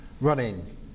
running